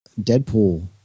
Deadpool